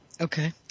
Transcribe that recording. Okay